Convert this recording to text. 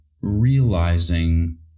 realizing